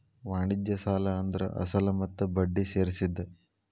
ವಾಣಿಜ್ಯ ಸಾಲ ಅಂದ್ರ ಅಸಲ ಮತ್ತ ಬಡ್ಡಿ ಸೇರ್ಸಿದ್